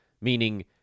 meaning